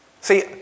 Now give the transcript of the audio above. See